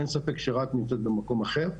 אין ספק שרהט נמצאת במקום אחר,